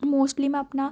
mostly ਮੈਂ ਆਪਣਾ